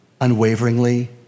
unwaveringly